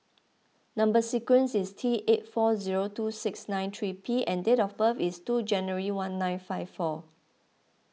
Number Sequence is T eight four zero two six nine three P and date of birth is two January nineteen fifty four